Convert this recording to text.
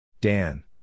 Dan